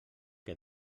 que